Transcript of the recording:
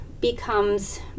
becomes